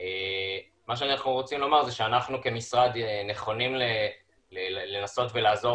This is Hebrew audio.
מה שאנחנו רוצים לומר זה שאנחנו כמשרד נכונים לנסות ולעזור